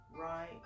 right